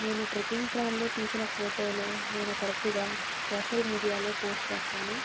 నేను ట్రెక్కింగ్ ట్రైల్లో తీసిన ఫోటోలు నేను తరచుగా సోషల్ మీడియాలో పోస్ట్ చేస్తాను